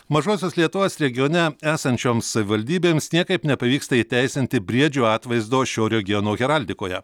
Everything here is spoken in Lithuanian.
mažosios lietuvos regione esančioms savivaldybėms niekaip nepavyksta įteisinti briedžio atvaizdo šio regiono heraldikoje